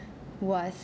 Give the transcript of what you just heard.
was